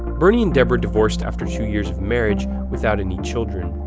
bernie and deborah divorced after two years of marriage without any children.